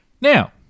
Now